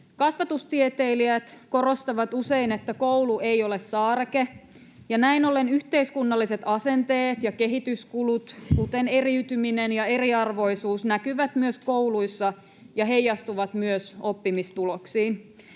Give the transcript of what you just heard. Kasvatustieteilijät korostavat usein, että koulu ei ole saareke, ja näin ollen yhteiskunnalliset asenteet ja kehityskulut, kuten eriytyminen ja eriarvoisuus, näkyvät myös kouluissa ja heijastuvat myös oppimistuloksiin.